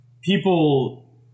people